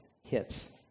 hits